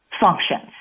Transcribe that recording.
functions